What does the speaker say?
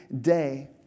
day